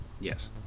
Yes